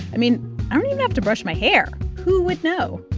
i mean, i don't even have to brush my hair. who would know?